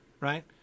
right